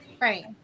Right